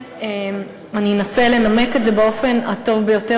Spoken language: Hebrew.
אני אנסה לנמק את זה באופן הטוב ביותר,